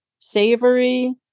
savory